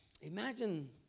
imagine